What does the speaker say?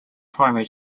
primary